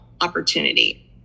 opportunity